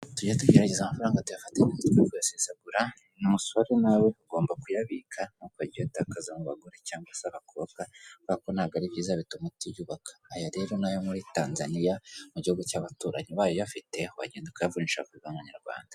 Tujye tugerageza amafaranga tuyafate neza twere kuyasesagura, musore nawe ugomba kuyabika ntukajye uyatakaza ,mu bagore cyangwa se abakobwa kubera ko ntabwo ari byiza bituma utiyubaka, aya rero ni ayo muri Tanzania mu gihugu cy'abaturanyi ubaye uyafite wagenda ukayavunjisha bakaguha amanyarwanda.